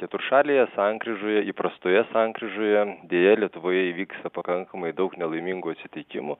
keturšalėje sankryžoje įprastoje sankryžoje deja lietuvoje įvyksta pakankamai daug nelaimingų atsitikimų